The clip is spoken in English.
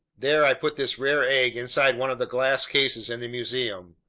there i put this rare egg inside one of the glass cases in the museum.